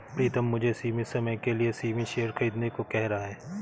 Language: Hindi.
प्रितम मुझे सीमित समय के लिए सीमित शेयर खरीदने को कह रहा हैं